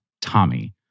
Tommy